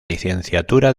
licenciatura